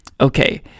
Okay